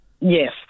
Yes